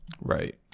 Right